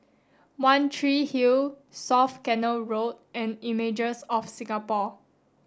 one Tree Hill South Canal Road and Images of Singapore